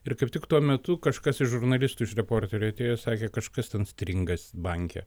ir kaip tik tuo metu kažkas iš žurnalistų iš reporterių atėjo sakė kažkas ten stringa banke